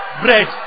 bread